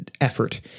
effort